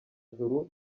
juru